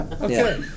Okay